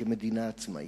כמדינה עצמאית.